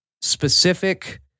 Specific